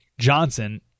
johnson